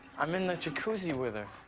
i'm in the jacuzzi with her.